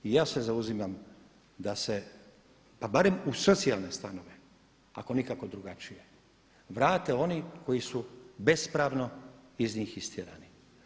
I ja se zauzimam da se pa barem u socijalne stanove ako nikako drugačije vrate oni koji su bespravno iz njih istjerani.